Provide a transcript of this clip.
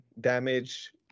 damage